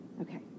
Okay